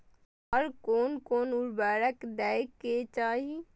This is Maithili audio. आर कोन कोन उर्वरक दै के चाही?